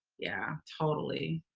yeah, totally.